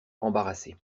embarrassée